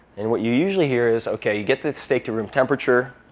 and what you usually hear is, ok, you get the steak to room temperature.